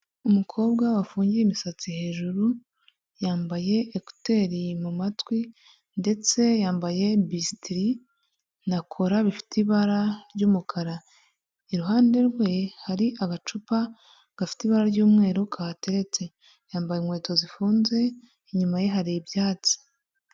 Umukobwa wafungiye imisatsi hejuru, yambaye ekuteri mu matwi, ndetse yambaye bisitiri na kora bifite ibara ry'umukara, iruhande rwe hari agacupa gafite ibara ry'umweru kahatetse, yambaye inkweto zifunze inyuma ye hari ibyatsi.